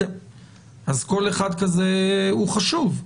אז כל אחד כזה הוא חשוב.